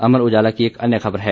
अमर उजाला की एक अन्य खबर है